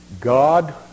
God